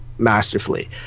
masterfully